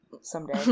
someday